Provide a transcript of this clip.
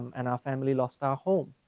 and our family lost our home.